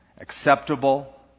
acceptable